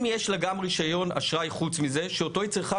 אם יש לה גם רישיון אשראי חוץ מזה שאותו היא צריכה